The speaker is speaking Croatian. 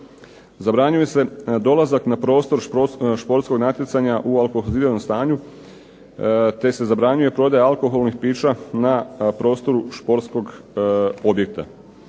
Zabranjuje se dolazak na prostor športskog natjecanja u alkoholiziranom stanju, te se zabranjuje prodaja alkoholnih pića na prostoru športskog objekta.